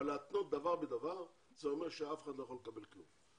אבל להתנות דבר בדבר זה אומר שאף אחד לא יכול לקבל כלום,